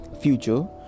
future